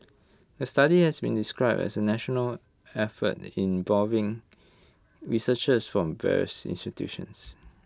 the study has been described as A national effort involving researchers from various institutions